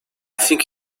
think